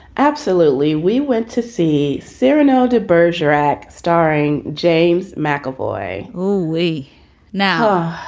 absolutely. we went to see serano de bergerac starring james mcavoy, who we now